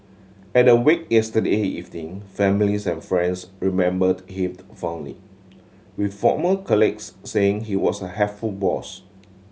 at the wake yesterday evening families and friends remembered him fondly with former colleagues saying he was a helpful boss